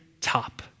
top